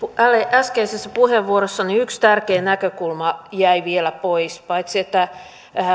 äskeisessä puheenvuorossani yksi tärkeä näkökulma jäi vielä pois paitsi että